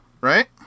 Right